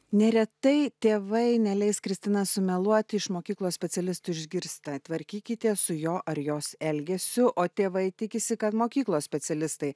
neretai tėvai neleis kristina sumeluoti iš mokyklos specialistų išgirsta tvarkykitės su jo ar jos elgesiu o tėvai tikisi kad mokyklos specialistai